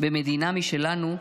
במדינה משלנו,